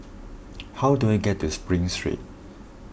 how do I get to Spring Street